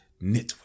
Network